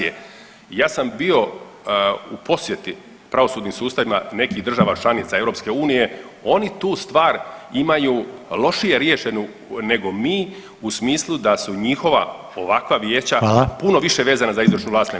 Ja sam bio u posjeti pravosudnih sustavima nekih država članica EU, oni tu stvar imaju lošije riješenu nego mi u smislu da su njihova ovakva vijeća [[Upadica: Hvala.]] puno više vezana za izvršnu vlast nego naša.